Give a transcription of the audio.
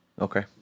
Okay